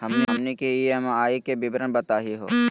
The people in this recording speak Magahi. हमनी के ई.एम.आई के विवरण बताही हो?